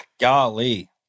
golly